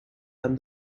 and